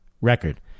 record